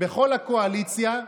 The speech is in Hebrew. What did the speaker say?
בכל הקואליציה.